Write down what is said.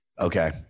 Okay